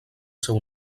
seu